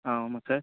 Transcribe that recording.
ஆ ஆமாம் சார்